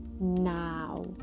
now